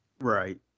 Right